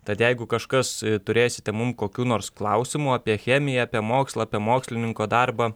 tad jeigu kažkas turėsite mum kokių nors klausimų apie chemiją apie mokslą apie mokslininko darbą